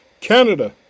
Canada